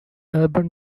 urban